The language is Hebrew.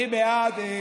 אני בעד,